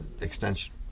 extension